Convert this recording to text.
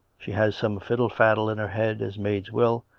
she has some fiddle-faddle in her head, as maids will,